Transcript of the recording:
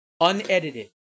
unedited